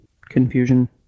confusion